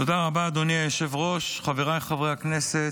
תודה רבה, אדוני היושב-ראש, חבריי חברי הכנסת,